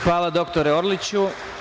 Hvala, dr Orliću.